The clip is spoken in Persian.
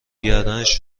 گردنش